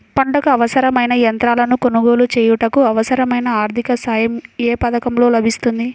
పంటకు అవసరమైన యంత్రాలను కొనగోలు చేయుటకు, అవసరమైన ఆర్థిక సాయం యే పథకంలో లభిస్తుంది?